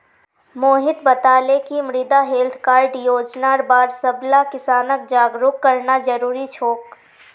मोहित बताले कि मृदा हैल्थ कार्ड योजनार बार सबला किसानक जागरूक करना जरूरी छोक